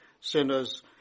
sinners